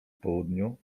południu